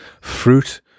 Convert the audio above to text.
fruit